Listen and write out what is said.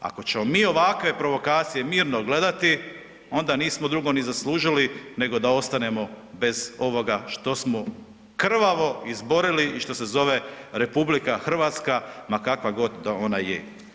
Ako ćemo mi ovakve provokacije mirno gledati onda nismo drugo ni zaslužili nego da ostanemo bez ovoga što smo krvavo izborili i što se zove RH ma kakva god da ona je.